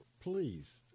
please